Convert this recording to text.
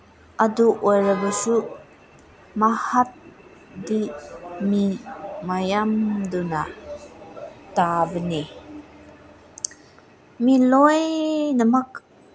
ꯑꯗꯨ ꯑꯣꯏꯔꯕꯁꯨ ꯃꯍꯥꯛꯗꯤ ꯃꯤ ꯃꯌꯥꯝꯗꯨꯅ ꯇꯥꯕꯅꯤ ꯃꯤ ꯂꯣꯏꯅꯃꯛ